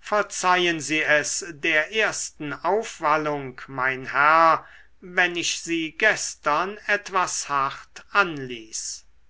verzeihen sie es der ersten aufwallung mein herr wenn ich sie gestern etwas hart anließ